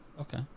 okay